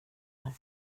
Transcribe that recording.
här